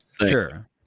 sure